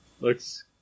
Looks